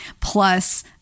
plus